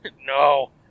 No